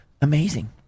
Amazing